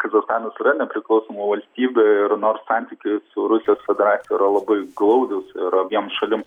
kazachstanas yra nepriklausoma valstybė ir nors santykiai su rusijos federacija yra labai glaudūs ir abiem šalim